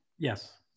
Yes